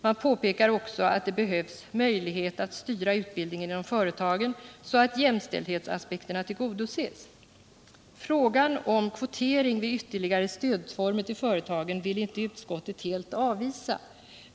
Man påpekar också att det behövs möjlighet att styra utbildningen inom företagen så att jämställdhetsaspekterna tillgodoses. Tanken på en kvotering vid ytterligare företagsstödformer vill inte utskottet helt avvisa.